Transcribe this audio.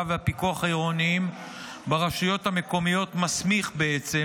והפיקוח העירוניים ברשויות המקומיות (הוראת שעה) (תיקון מס' 13),